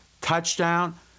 Touchdown